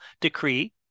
decree